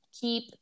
keep